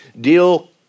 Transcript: deal